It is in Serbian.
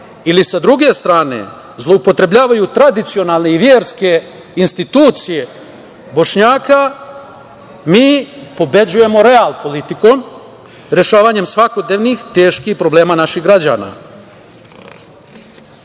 ili sa druge strane, zloupotrebljavaju tradicionalne i verske institucije Bošnjaka, mi pobeđujemo real politikom, rešavanjem svakodnevnih teških problema naših građana.